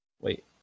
wait